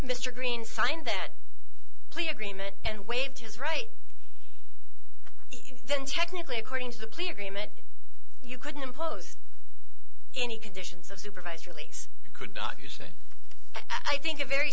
mr green signed that plea agreement and waived his right then technically according to the plea agreement you couldn't impose any conditions of supervised release could not you say i think a very